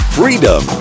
freedom